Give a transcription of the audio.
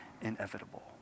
inevitable